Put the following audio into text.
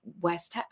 West